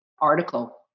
article